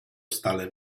stale